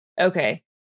Okay